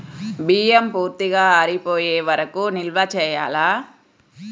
బియ్యం పూర్తిగా ఆరిపోయే వరకు నిల్వ చేయాలా?